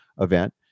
event